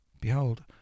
Behold